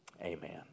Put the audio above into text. Amen